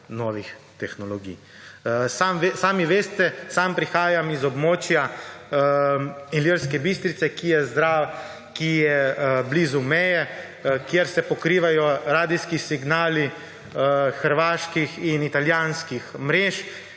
sam prihajam z območja Ilirske Bistrice, ki je blizu meje, kjer se pokrivajo radijski signali hrvaških in italijanskih mrež,